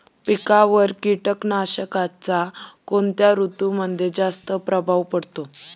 पिकांवर कीटकनाशकांचा कोणत्या ऋतूमध्ये जास्त प्रभाव पडतो?